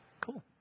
Cool